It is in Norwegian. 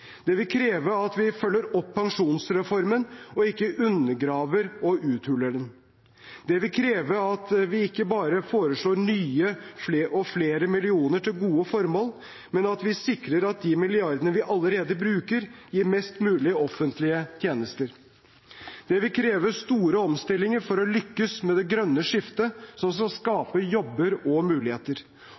Det vil kreve at vi følger opp pensjonsreformen og ikke undergraver og uthuler den. Det vil kreve at vi ikke bare foreslår nye og flere millioner til gode formål, men at vi sikrer at de milliardene vi allerede bruker, gir best mulig offentlige tjenester. Det vil kreve store omstillinger å lykkes med et grønt skifte som skaper jobber og muligheter.